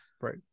Right